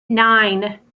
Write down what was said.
nine